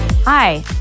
Hi